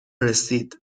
رسید